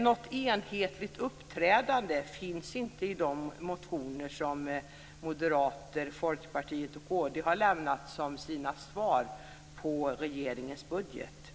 Något enhetligt uppträdande finns inte i de motioner som Moderaterna, Folkpartiet och Kristdemokraterna har lämnat som svar på regeringens budget.